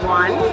one